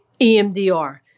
EMDR